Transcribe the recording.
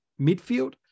midfield